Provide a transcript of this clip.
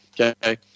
Okay